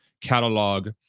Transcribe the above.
catalog